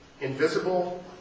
invisible